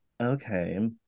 Okay